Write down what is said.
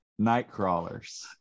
Nightcrawlers